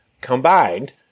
combined